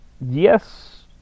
yes